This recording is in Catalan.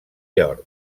york